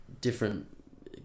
different